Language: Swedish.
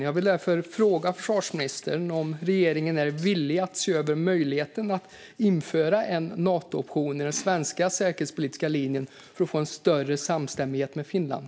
Jag vill därför fråga försvarsministern om regeringen är villig att se över möjligheten att införa en Natooption i den svenska säkerhetspolitiska linjen för att få en större samstämmighet med Finland.